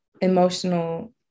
emotional